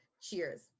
cheers